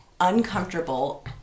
uncomfortable